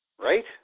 right